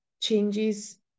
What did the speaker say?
changes